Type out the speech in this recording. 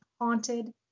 haunted